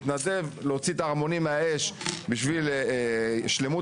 מתנדב להוציא את הערמונים מהאש בשביל שלמות